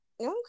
Okay